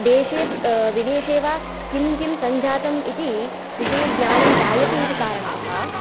देशे विदेशे वा किं किं सञ्जातम् इति विषये ज्ञानं जायते इति कारणतः